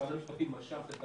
משרד המשפטים משך.